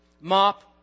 mop